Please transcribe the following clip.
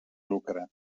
lucre